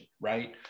right